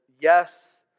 yes